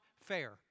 fair